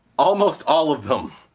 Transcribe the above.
almost all of them!